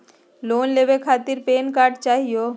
Loan लेवे खातीर PAN card चाहियो?